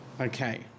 Okay